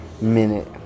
Minute